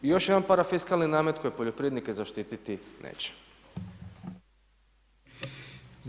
Još jedan parafiskalni namet, koje poljoprivrednike zaštiti neće.